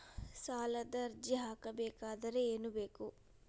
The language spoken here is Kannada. ಸಾಲದ ಅರ್ಜಿ ಹಾಕಬೇಕಾದರೆ ಏನು ಬೇಕು?